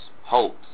hopes